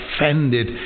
offended